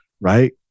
right